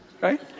right